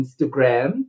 Instagram